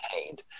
attained